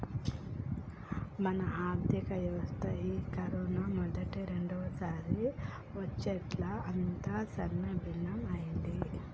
మన ఆర్థిక వ్యవస్థ ఈ కరోనా మొదటి రెండవసారి వచ్చేట్లు అంతా సిన్నభిన్నమైంది